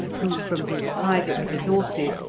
who, from his private resources,